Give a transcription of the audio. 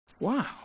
Wow